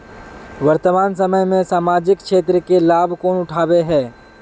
वर्तमान समय में सामाजिक क्षेत्र के लाभ कौन उठावे है?